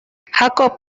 jacob